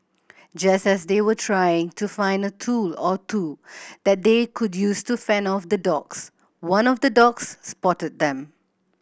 just as they were trying to find a tool or two that they could use to fend off the dogs one of the dogs spotted them